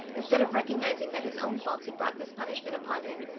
instead of recognizing that his own faults had brought this punishment upon him,